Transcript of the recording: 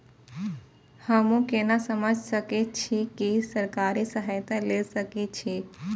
हमू केना समझ सके छी की सरकारी सहायता ले सके छी?